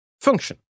function